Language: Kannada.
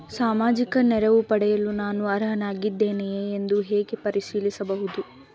ಸಾಮಾಜಿಕ ನೆರವು ಪಡೆಯಲು ನಾನು ಅರ್ಹನಾಗಿದ್ದೇನೆಯೇ ಎಂದು ಹೇಗೆ ಪರಿಶೀಲಿಸಬಹುದು?